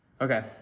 Okay